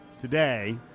today